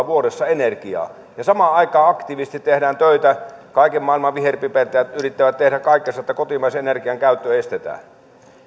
vuodessa energiaa ja samaan aikaan aktiivisesti tehdään töitä kaiken maailman viherpipertäjät yrittävät tehdä kaikkensa että kotimaisen energian käyttö estetään